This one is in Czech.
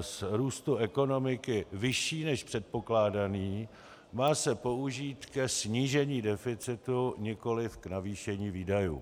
z růstu ekonomiky vyšší než předpokládaný, má se použít ke snížení deficitu, nikoliv k navýšení výdajů.